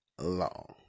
long